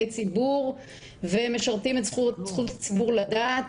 הציבור והם משרתים את זכות הציבור לדעת.